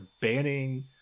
banning